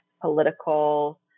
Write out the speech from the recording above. political